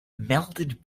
melded